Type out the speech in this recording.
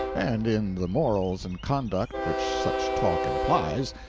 and in the morals and conduct which such talk implies,